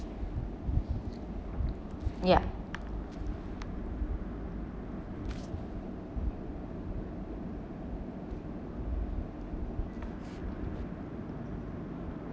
ya